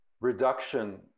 reduction